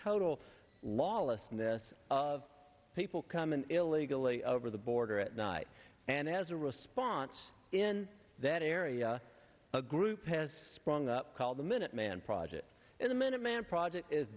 total lawlessness of people coming illegally over the border at night and as a response in that area a group has sprung up called the minuteman project in the minuteman project is